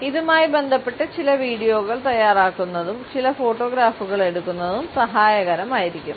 ഇതുമായി ബന്ധപ്പെട്ട് ചില വീഡിയോകൾ തയ്യാറാക്കുന്നതും ചില ഫോട്ടോഗ്രാഫുകൾ എടുക്കുന്നതും സഹായകരമായിരിക്കും